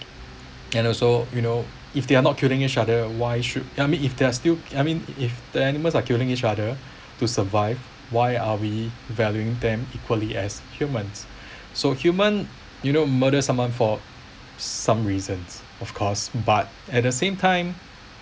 and also you know if they are not killing each other why should I mean if they're still I mean if the animals are killing each other to survive why are we valuing them equally as humans so human you know murder someone for some reasons of course but at the same time